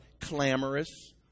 clamorous